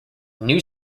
new